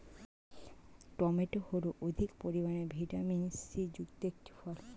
tomato হল অধিক পরিমাণে ভিটামিন সি যুক্ত একটি ফল